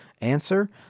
Answer